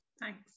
Thanks